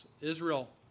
Israel